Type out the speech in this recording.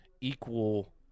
equal